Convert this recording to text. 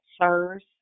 sirs